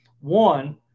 One